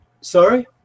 Sorry